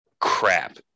crap